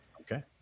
Okay